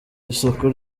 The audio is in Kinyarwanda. isoko